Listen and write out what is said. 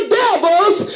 devils